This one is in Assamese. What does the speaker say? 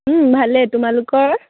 ভালেই তোমালোকৰ